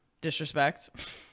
disrespect